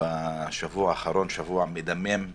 בשבוע האחרון, שבוע מדמם מאוד: